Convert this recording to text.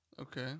Okay